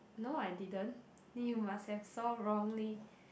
no I didn't you must have saw wrongly